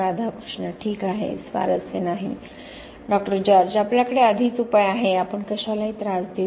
राधाकृष्ण ठीक आहे स्वारस्य नाही डॉ जॉर्ज आपल्याकडे आधीच उपाय आहेआपण कशालाही त्रास देऊ